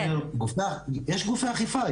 יש גופי אכיפה,